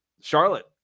Charlotte